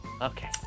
Okay